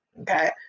Okay